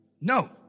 No